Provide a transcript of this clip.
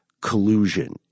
collusion